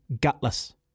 gutless